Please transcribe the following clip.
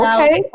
Okay